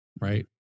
right